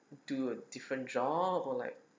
do a different job or like